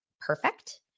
perfect